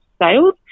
sales